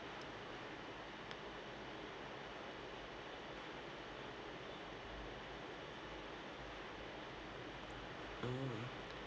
mm